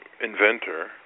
inventor